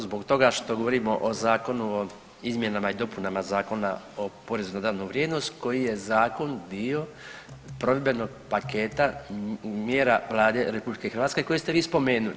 Zbog toga što govorimo o Zakonu o izmjenama i dopunama Zakona o porezu na dodanu vrijednost koji je zakon bio provedbenog paketa mjera Vlade RH koje ste vi spomenuli.